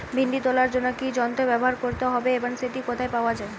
ভিন্ডি তোলার জন্য কি যন্ত্র ব্যবহার করতে হবে এবং সেটি কোথায় পাওয়া যায়?